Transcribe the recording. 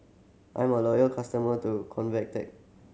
I'm a loyal customer to Convatec